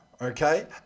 okay